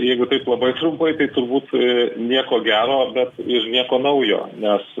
jeigu taip labai trumpai tai turbūt nieko gero ir nieko naujo nes